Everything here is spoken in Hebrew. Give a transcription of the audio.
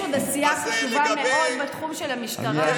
יש עוד עשייה חשובה מאוד בתחום של המשטרה.